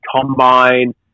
combine